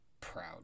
Proud